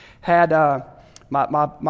had—my